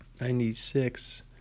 Ninety-six